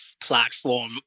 platform